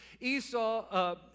Esau